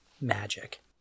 magic